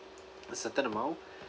a certain amount